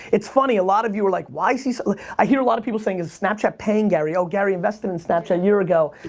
it's funny, a lot of you are like, why's he s so i hear a lot of people saying, is snapchat paying gary? oh gary invested in snapchat a year ago.